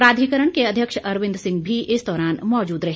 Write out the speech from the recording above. प्राधिकरण के अध्यक्ष अरविंद सिंह भी इस दौरान मौजूद रहे